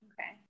Okay